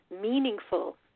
meaningful